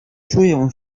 czuję